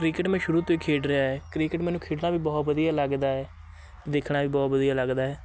cricket ਮੈਂ ਸ਼ੁਰੂ ਤੋਂ ਹੀ ਖੇਡ ਰਿਹਾ ਏ ਕ੍ਰਿਕੇਟ ਮੈਨੂੰ ਖੇਡਣਾ ਵੀ ਬਹੁਤ ਵਧੀਆ ਲੱਗਦਾ ਏ ਦੇਖਣਾ ਵੀ ਬਹੁਤ ਵਧੀਆ ਲੱਗਦਾ ਏ